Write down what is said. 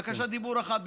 בקשת דיבור אחת.